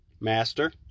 Master